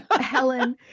Helen